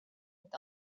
with